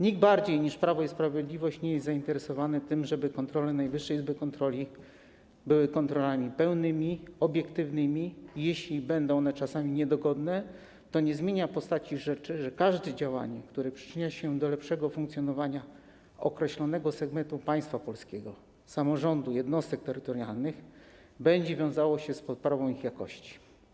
Nikt bardziej niż Prawo i Sprawiedliwość nie jest zainteresowany tym, żeby kontrole Najwyższej Izby Kontroli były kontrolami pełnymi, obiektywnymi i jeśli będą one czasami niedogodne, to nie zmienia to postaci rzeczy, że każde działanie, które przyczynia się do lepszego funkcjonowania określonego segmentu państwa polskiego, samorządu, jednostek terytorialnych, będzie wiązało się z poprawą ich jakości.